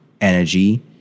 energy